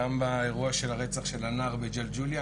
גם מהרצח של הנער מג'לג'וליה,